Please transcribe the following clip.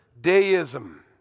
deism